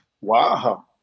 Wow